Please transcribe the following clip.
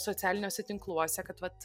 socialiniuose tinkluose kad vat